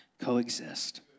coexist